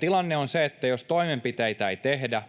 Tilanne on se, että jos toimenpiteitä ei tehdä,